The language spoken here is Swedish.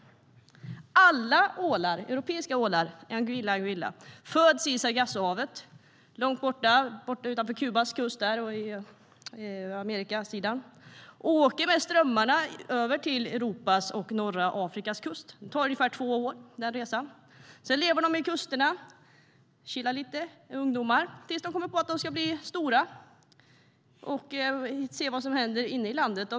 Alla europeiska ålar, Anguilla anguilla, föds i Sargassohavet utanför Kubas kust och flyter med strömmarna över till Europas och norra Afrikas kuster. Den resan tar ungefär två år. Sedan lever de längs kusterna, chillar lite som ungdomar tills de kommer på att de ska bli stora och se vad som händer inne i landet.